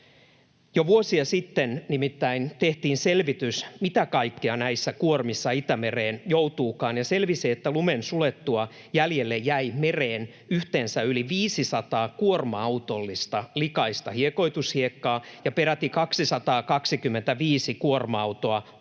Jo vuosia sitten nimittäin tehtiin selvitys, mitä kaikkea näissä kuormissa Itämereen joutuukaan, ja selvisi, että lumen sulattua jäljelle jäi mereen yhteensä yli 500 kuorma-autollista likaista hiekoitushiekkaa ja peräti 225 kuorma-autollista